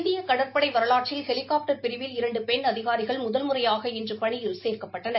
இந்திய கடற்படை வரலாற்றில் ஹெலிகாப்டர் பிரிவில் இரண்டு பெண் அதிகாரிகள் முதல் முறையாக இன்று பணியில் சேர்க்கப்பட்டனர்